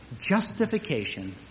justification